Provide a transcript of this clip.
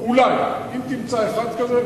אם תמצא אחד כזה,